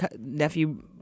nephew